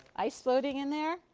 ice flooding in there.